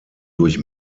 durch